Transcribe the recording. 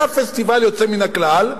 היה פסטיבל יוצא מן הכלל.